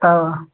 हाँ